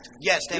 Yes